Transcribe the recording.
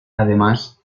además